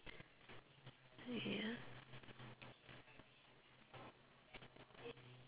yeah